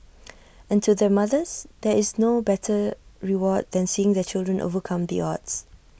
and to their mothers there is no better reward than seeing their children overcome the odds